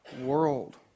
world